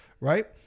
Right